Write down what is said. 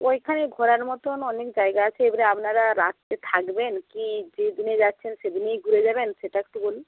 ওইখানে ঘোরার মতন অনেক জায়গা আছে এবারে আপনারা রাত্রে থাকবেন কি যেদিনে যাচ্ছেন সেদিনেই ঘুরে যাবেন সেটা একটু বলুন